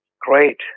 Great